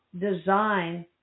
design